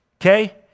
okay